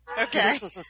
Okay